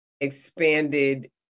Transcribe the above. expanded